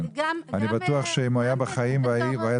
אני בטוח שאם הוא היה בחיים והוא היה